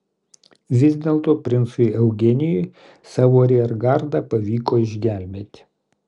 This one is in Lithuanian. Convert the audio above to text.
vis dėlto princui eugenijui savo ariergardą pavyko išgelbėti